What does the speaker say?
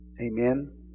Amen